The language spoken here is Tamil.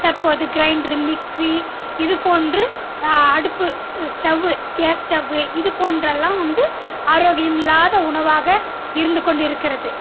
தற்போது கிரைண்ரு மிக்சி இது போன்று அடுப்பு ஸ்டவ்வு கேஸ் ஸ்டவ்வு இதுப்போன்றெல்லாம் வந்து ஆரோக்கியமில்லாத உணவாக இருந்துக்கொண்டிருக்கிறது